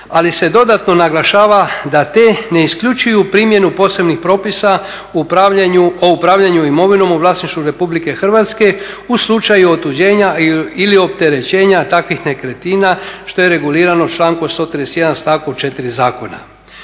ali se dodatno naglašava da te ne isključuju primjenu posebnih procesa o upravljanju imovinom u vlasništvu RH u slučaju otuđenja ili opterećenja takvih nekretnina što je regulirano člankom 131., stavku 4 Zakona.